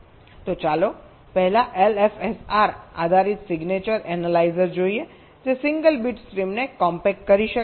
તો ચાલો પહેલા LFSR આધારિત સિગ્નેચર એનાલાઇઝર જોઈએ જે સિંગલ બીટ સ્ટ્રીમને કોમ્પેક્ટ કરી શકે